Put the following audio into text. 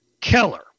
Keller